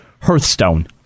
Hearthstone